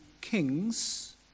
kings